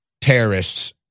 terrorists